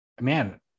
man